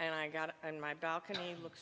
and i got on my balcony looks